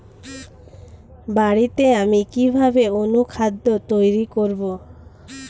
বাড়িতে আমি কিভাবে অনুখাদ্য তৈরি করব?